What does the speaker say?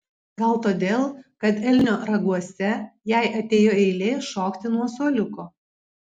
gal todėl kad elnio raguose jai atėjo eilė šokti nuo suoliuko